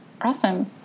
Awesome